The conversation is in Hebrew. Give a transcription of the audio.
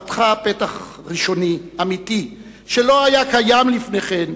פתחה פתח ראשוני, אמיתי, שלא היה קיים לפני כן,